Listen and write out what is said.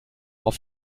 auf